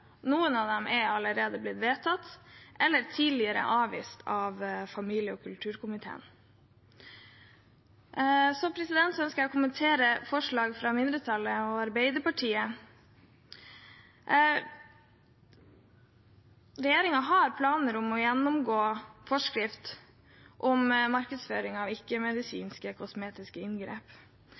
noen av dem er allerede blitt vedtatt eller tidligere avvist av familie- og kulturkomiteen. Jeg skal kommentere forslag fra mindretallet, bl.a. fra Arbeiderpartiet. Regjeringen har planer om å gjennomgå forskrift om markedsføring av kosmetiske inngrep.